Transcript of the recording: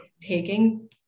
taking